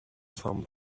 some